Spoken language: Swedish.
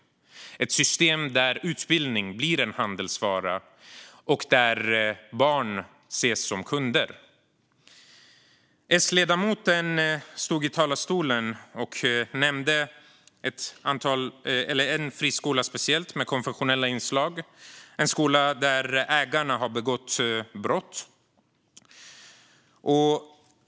Det är ett system där utbildning blir en handelsvara och där barn ses som kunder. S-ledamoten stod i talarstolen och nämnde speciellt en friskola med konfessionella inslag. Ägarna till denna skola har begått brott.